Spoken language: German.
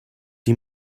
die